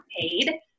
paid